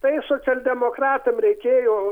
tai socialdemokratam reikėjo